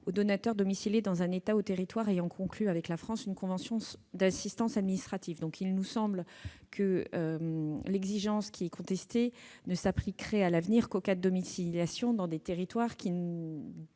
qui sont domiciliés dans un État ou territoire ayant conclu avec la France une convention d'assistance administrative. Il nous semble donc que l'exigence ici contestée ne s'appliquerait à l'avenir qu'aux cas de domiciliation dans des territoires dont